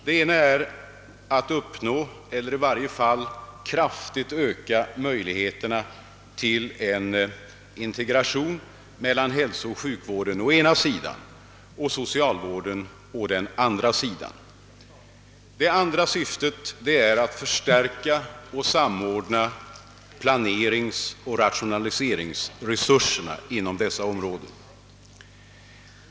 Det ena är att uppnå eller i varje fall kraftigt öka möjligheterna till en integration mellan hälsooch sjukvården å ena sidan och socialvården å den andra. Det andra syftet är att förstärka och samordna planeringsoch rationaliseringsresurserna på dessa områden.